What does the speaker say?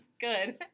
Good